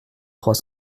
trois